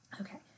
okay